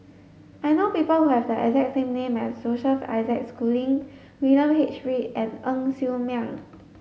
I know people who have the exact same name as Joseph Isaac Schooling William H Read and Ng Ser Miang